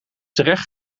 terecht